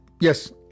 Yes